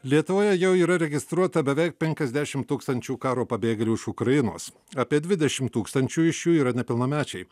lietuvoje jau yra registruota beveik penkiasdešim tūkstančių karo pabėgėlių iš ukrainos apie dvidešim tūkstančių iš jų yra nepilnamečiai